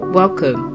welcome